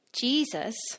Jesus